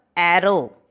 arrow